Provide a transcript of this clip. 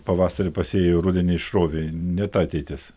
pavasarį pasėjo rudenį išrovė ne ta ateitis